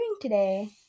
today